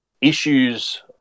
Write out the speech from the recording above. issues